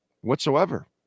whatsoever